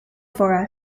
for